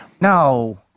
No